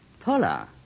Paula